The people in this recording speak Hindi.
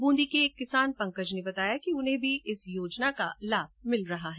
बूंदी के एक किसान पंकज ने बताया कि उन्हें भी इस योजना का लाभ मिल रहा है